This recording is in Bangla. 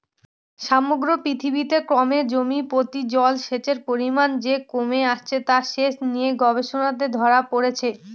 সমগ্র পৃথিবীতে ক্রমে জমিপ্রতি জলসেচের পরিমান যে কমে আসছে তা সেচ নিয়ে গবেষণাতে ধরা পড়েছে